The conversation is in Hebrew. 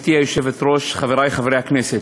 גברתי היושבת-ראש, חברי חברי הכנסת,